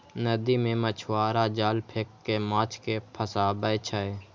नदी मे मछुआरा जाल फेंक कें माछ कें फंसाबै छै